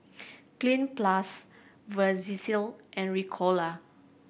Cleanz Plus Vagisil and Ricola